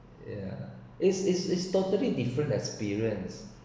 ya is is is totally different experience